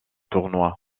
tournoi